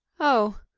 oh!